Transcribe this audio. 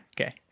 Okay